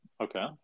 Okay